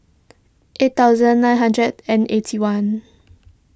eight thousand nine hundred and eighty one